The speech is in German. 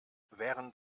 während